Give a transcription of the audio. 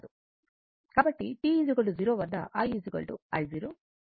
కాబట్టి t 0 వద్ద i i0